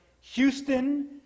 Houston